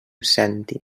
cèntim